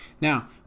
Now